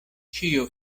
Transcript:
ĉio